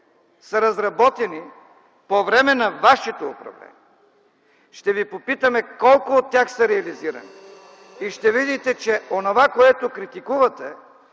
са разработени по време на вашето управление? Ще ви попитаме: колко от тях са реализирани? И ще видите, че онова, което критикувате,